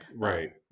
Right